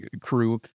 crew